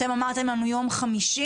אתם אמרתם לנו ביום חמישי,